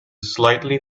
slightly